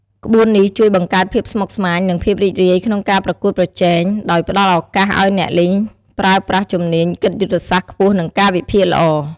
ក្បួននេះជួយបង្កើតភាពស្មុគស្មាញ និងភាពរីករាយក្នុងការប្រកួតប្រជែង ដោយផ្តល់ឱកាសឲ្យអ្នកលេងប្រើប្រាស់ជំនាញគិតយុទ្ធសាស្ត្រខ្ពស់ និងការវិភាគល្អ។